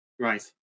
right